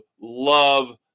love